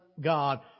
God